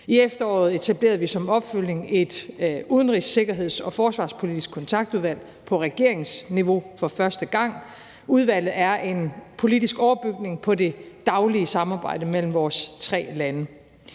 I efteråret etablerede vi som opfølgning for første gang et udenrigs-, sikkerheds- og forsvarspolitisk kontaktudvalg på regeringsniveau. Udvalget er en politisk overbygning på det daglige samarbejde mellem vores tre lande.